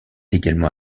également